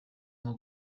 nko